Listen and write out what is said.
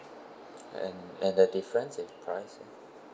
and and the difference in price